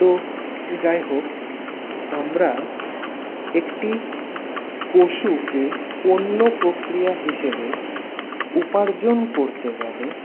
তো যাইহোক আমরা একটি পশুকে পূর্ণ প্রক্রিয়া হিসাবে উপার্জন করতে গেলে